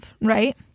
right